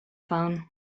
phone